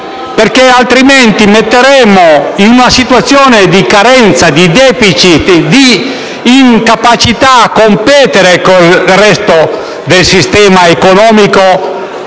perché altrimenti ci metteremmo in una situazione di carenza, di *deficit* e di incapacità a competere con il resto del sistema economico